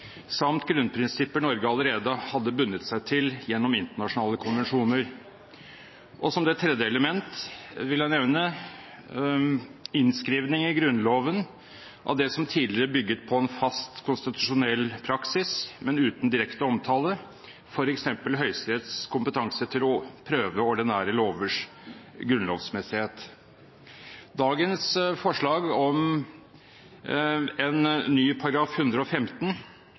samt grunnprinsipper Norge allerede hadde bundet seg til gjennom internasjonale konvensjoner. Som det tredje element vil jeg nevne innskriving i Grunnloven av det som tidligere bygget på en fast konstitusjonell praksis, men uten direkte omtale, f.eks. Høyesteretts kompetanse til å prøve ordinære lovers grunnlovsmessighet. Dagens forslag om en ny § 115